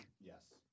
Yes